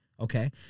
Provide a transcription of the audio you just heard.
Okay